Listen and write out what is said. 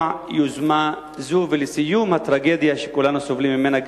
יוזמה זו ולסיום הטרגדיה שכולנו סובלים ממנה,